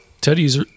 Teddy's